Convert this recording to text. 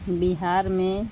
بہار میں